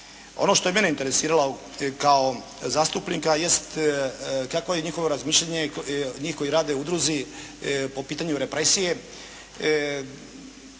Ono što je mene interesiralo kao zastupnika jest kako je njihovo razmišljanje, njih koji rade u udruzi po pitanju represije.